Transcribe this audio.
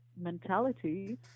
mentality